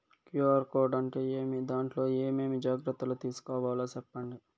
QR code అంటే ఏమి? దాంట్లో ఏ ఏమేమి జాగ్రత్తలు తీసుకోవాలో సెప్పండి?